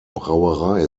brauerei